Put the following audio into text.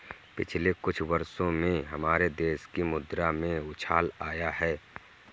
पिछले कुछ वर्षों में हमारे देश की मुद्रा में उछाल आया है